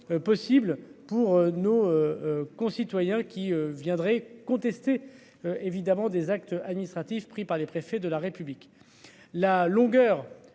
possibles pour nos. Concitoyens qui viendraient contester. Évidemment des actes administratifs pris par les préfets de la République. La longueur.